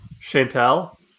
Chantal